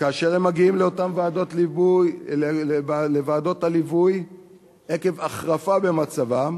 וכאשר הם מגיעים לוועדות הליווי עקב החרפה במצבם